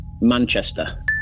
Manchester